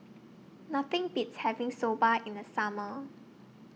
Nothing Beats having Soba in The Summer